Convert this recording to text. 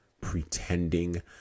pretending